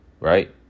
Right